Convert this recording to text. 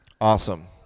Awesome